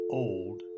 old